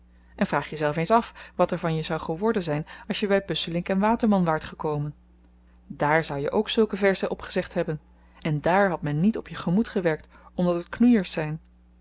en vraag jezelf eens af wat er van je zou geworden zyn als je by busselinck waterman waart gekomen dààr zou je ook zulke verzen opgezegd hebben en dààr had men niet op je gemoed gewerkt omdat het knoeiers zyn